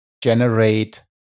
generate